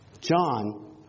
John